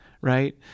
right